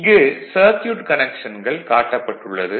இங்கு சர்க்யூட் கனெக்ஷன்கள் காட்டப்பட்டுள்ளது